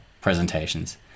presentations